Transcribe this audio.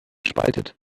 spaltet